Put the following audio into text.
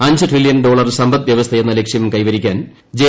അഞ്ച് trillion dollar സമ്പദ് വ്യവസ്ഥയെന്ന ലക്ഷ്യം കൈവരിക്കാൻ ജെ